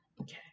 okay